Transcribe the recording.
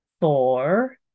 four